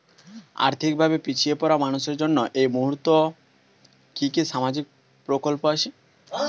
আর্থিক ভাবে পিছিয়ে পড়া মানুষের জন্য এই মুহূর্তে কি কি সামাজিক প্রকল্প আছে?